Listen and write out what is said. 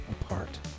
apart